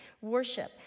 Worship